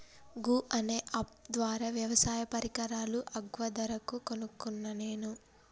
గూ అనే అప్ ద్వారా వ్యవసాయ పరికరాలు అగ్వ ధరకు కొనుకున్న నేను